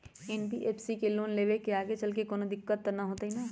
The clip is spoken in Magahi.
एन.बी.एफ.सी से लोन लेबे से आगेचलके कौनो दिक्कत त न होतई न?